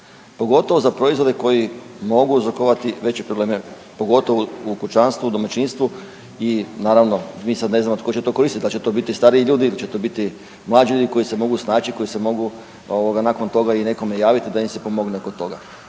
pogotovo za proizvode koji mogu uzrokovati veće probleme pogotovo u kućanstvu, u domaćinstvu i naravno mi sad ne znamo tko će to koristiti, dal će to biti stariji ljudi, dal će to biti mlađi ljudi koji se mogu snaći, koji se mogu nakon toga i nekome javiti da im se pomogne oko toga.